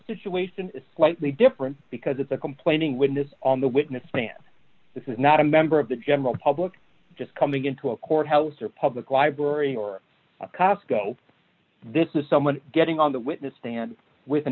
situation is slightly different because it's a complaining witness on the witness stand this is not a member of the general public just coming into a courthouse or public library or cosco this is someone getting on the witness stand with an